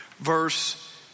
verse